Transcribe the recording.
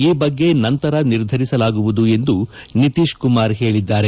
ಈ ಬಗ್ಗೆ ನಂತರ ನಿರ್ಧರಿಸಲಾಗುವುದು ಎಂದು ನಿತೀಶ್ ಕುಮಾರ್ ಹೇಳಿದ್ದಾರೆ